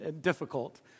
difficult